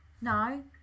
No